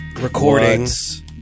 Recordings